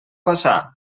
passar